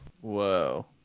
Whoa